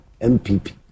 MPP